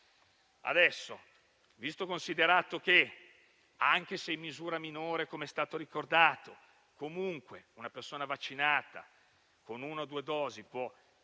ci sia più. Visto che, anche se in misura minore - come è stato ricordato - comunque una persona vaccinata con una o due dosi può